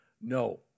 No